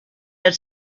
had